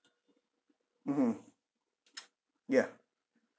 mmhmm ya